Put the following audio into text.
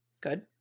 Good